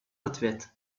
ответ